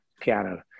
piano